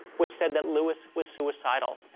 which said that lewis was suicidal.